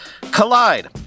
Collide